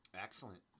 Excellent